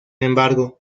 embargo